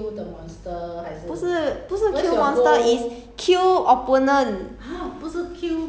then 才赚 point 不是不是 kill monster is kill opponent